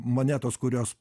monetos kurios